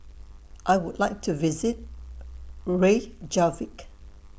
I Would like to visit Reykjavik